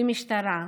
במשטרה,